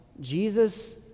Jesus